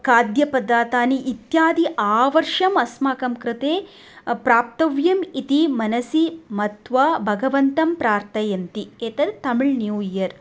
खाद्यपदार्थानि इत्यादि आवर्षम् अस्माकं कृते प्राप्तव्यम् इति मनसि मत्वा भगवन्तं प्रार्थयन्ति एतद् तमिळ् न्यूइयर्